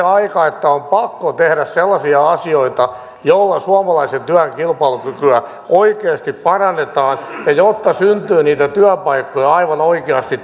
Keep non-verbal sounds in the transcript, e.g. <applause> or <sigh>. <unintelligible> aika että on pakko tehdä sellaisia asioita joilla suomalaisen työn kilpailukykyä oikeasti parannetaan jotta syntyy niitä työpaikkoja aivan oikeasti <unintelligible>